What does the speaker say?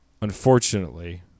Unfortunately